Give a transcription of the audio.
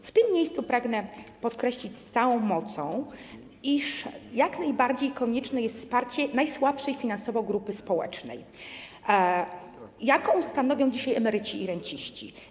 W tym miejscu pragnę podkreślić z całą mocą, iż jak najbardziej konieczne jest wsparcie najsłabszej finansowo grupy społecznej, jaką stanowią dzisiaj emeryci i renciści.